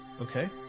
Okay